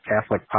Catholic